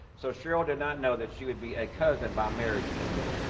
so cheryl did not know that she would be a cousin by marriage to me,